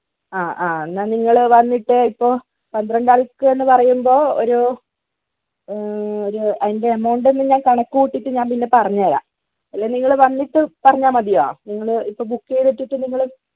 ആ ആ എന്നാൽ നിങ്ങൾ വന്നിട്ട് ഇപ്പോൾ പന്ത്രണ്ട് ആൾക്ക് എന്ന് പറയുമ്പോൾ ഒരു ഒരു അതിന്റെ എമൗണ്ട് ഒന്ന് ഞാൻ കണക്ക് കൂട്ടിയിട്ട് ഞാൻ പിന്നെ പറഞ്ഞുതരാം അല്ലെങ്കിൽ നിങ്ങൾ വന്നിട്ട് പറഞ്ഞാൽ മതിയോ നിങ്ങൾ ഇപ്പോൾ ബുക്ക് ചെയ്തിട്ടിട്ട് നിങ്ങൾ